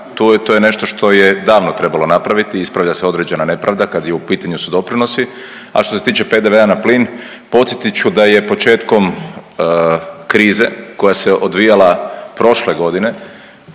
to je nešto što je davno trebalo napraviti, ispravlja se određena nepravda kad je u pitanju su doprinosi. A što se tiče PDV-a na plin podsjetit ću da je početkom krize koja se odvijala prošle godine